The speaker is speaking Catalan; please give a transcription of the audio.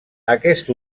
aquest